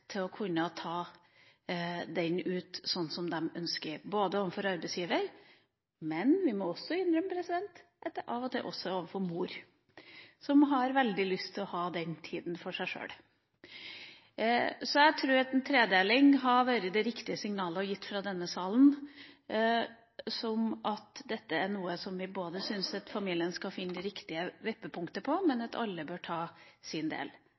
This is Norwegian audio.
til å kunne ta den ut sånn som de ønsker, overfor arbeidsgiver, men – vi må også innrømme – av og til også overfor mor som har veldig lyst til å ha den tida for seg sjøl. Så jeg tror at en tredeling hadde vært det riktige signalet å gi fra denne salen – at dette er noe vi syns familien skal finne det riktige vippepunktet på, men at alle bør ta sin del.